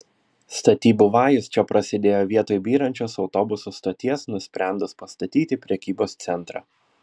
statybų vajus čia prasidėjo vietoj byrančios autobusų stoties nusprendus pastatyti prekybos centrą